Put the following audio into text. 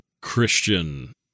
Christian